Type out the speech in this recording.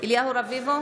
אליהו רביבו,